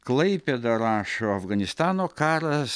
klaipėda rašo afganistano karas